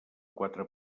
quatre